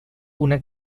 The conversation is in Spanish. una